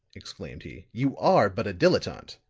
exclaimed he, you are but a dilettante!